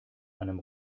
einem